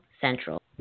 Central